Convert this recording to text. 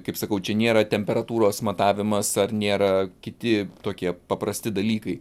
kaip sakau čia nėra temperatūros matavimas ar nėra kiti tokie paprasti dalykai